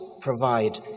provide